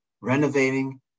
renovating